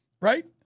right